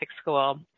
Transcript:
school